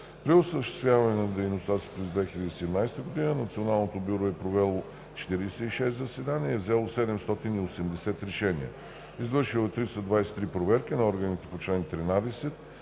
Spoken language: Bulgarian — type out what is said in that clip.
При осъществяването на дейността си през 2017 г. Националното бюро е провело 46 заседания и е взело 780 решения. Извършило е 323 проверки на органите по чл. 13,